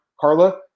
carla